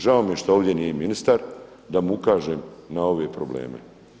Žao mi je što ovdje nije ministar da mu ukažem na ove probleme.